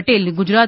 Patel Gujarat